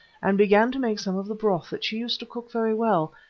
and began to make some of the broth that she used to cook very well,